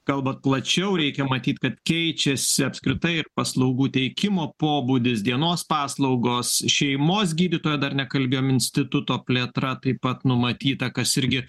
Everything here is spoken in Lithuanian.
kalbat plačiau reikia matyt kad keičiasi apskritai ir paslaugų teikimo pobūdis dienos paslaugos šeimos gydytojo dar nekalbėjom instituto plėtra taip pat numatyta kas irgi